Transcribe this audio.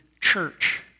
Church